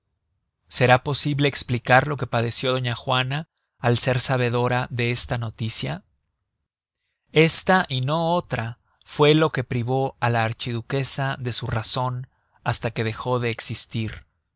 será posible esplicar lo que padeció doña juana al ser sabedora de esta noticia esta y no otra fue lo que privó á la archiduquesa de su razon hasta que dejó de existir